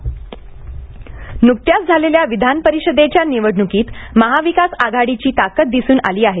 जयंत पाटील न्कत्याच झालेल्या विधानपरिषदेच्या निवडणुकीत महाविकास आघाडीची ताकत दिसून आली आहे